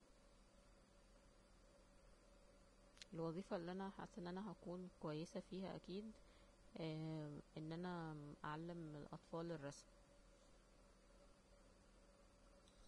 الوظيفة اللي انا حاسة أن أنا هكون كويسه فيها اكيد ان انا اعلم الاطفال الرسم